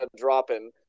dropping